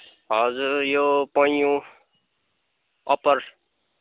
हजुर यो पैँयु अप्पर